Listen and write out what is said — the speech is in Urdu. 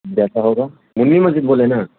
جیسا ہوگا منی مسجد بولے نا